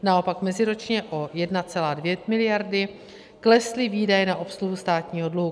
Naopak meziročně o 1,2 mld. Kč klesly výdaje na obsluhu státního dluhu.